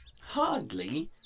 Hardly